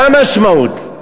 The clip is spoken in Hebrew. מה המשמעות?